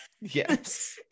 yes